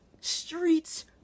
streets